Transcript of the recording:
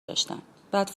داشتن، بعد